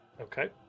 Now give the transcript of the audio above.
Okay